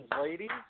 ladies